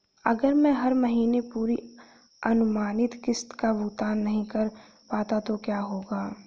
अगर मैं हर महीने पूरी अनुमानित किश्त का भुगतान नहीं कर पाता तो क्या होगा?